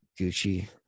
Gucci